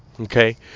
Okay